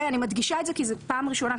אני מדגישה את זה כי כמו שציינתי,